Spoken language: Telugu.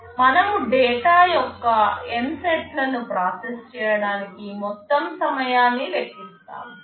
మనము డేటా యొక్క N సెట్లను ప్రాసెస్ చేయడానికి మొత్తం సమయాన్ని లెక్కిస్తాము